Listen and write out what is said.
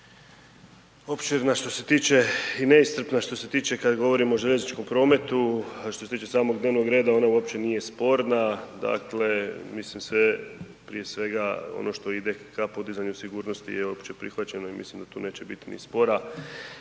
opširna što se tiče i neiscrpna što se tiče kad govorimo o željezničkom prometu, a što se tiče samog dnevnog reda ona uopće nije sporna, dakle misli se prije svega ono šta ide ka podizanju sigurnosti je opće prihvaćeno i mislim da tu neće biti ni spora.